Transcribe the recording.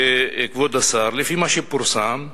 כבוד השר, לפי מה שפורסם,